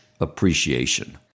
appreciation